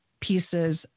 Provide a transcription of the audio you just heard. pieces